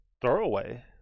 throwaway